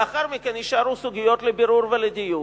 לאחר מכן יישארו סוגיות לבירור ולדיון.